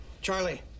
charlie